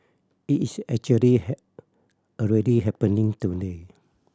it is actually already happening today